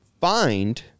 find